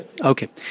Okay